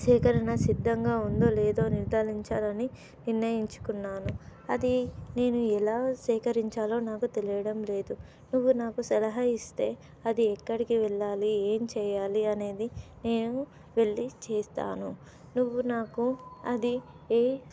సేకరణ సిద్ధంగా ఉందో లేదో నిర్ధారించాలని నిర్ణయించుకున్నాను అది నేను ఎలా సేకరించాలో నాకు తెలియడం లేదు నువ్వు నాకు సలహా ఇస్తే అది ఎక్కడికి వెళ్ళాలి ఏమి చెయ్యాలి అనేది నేను వెళ్ళి చేస్తాను నువ్వు నాకు అది ఏ